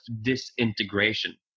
disintegration